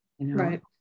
Right